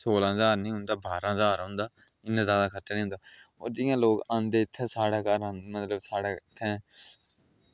सोलहां ज्हार निं उंदा बारहां ज्हार होंदा इन्ना जादै खर्चा नी होंदा होर जियां लोग आंदे इत्थें साढ़े घर मतलब साढ़े इत्थें